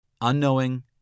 Unknowing